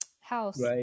House